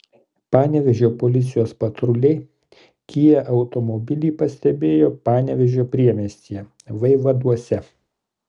panevėžio policijos patruliai kia automobilį pastebėjo panevėžio priemiestyje vaivaduose